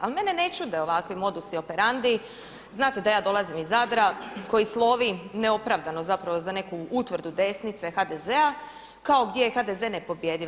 Ali mene ne čude ovakvi modus operandi, znate da ja dolazim iz Zadra koji slovi neopravdano zapravo za neku utvrdu desnice HDZ-a, kao gdje je HDZ nepobjediv.